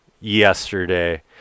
yesterday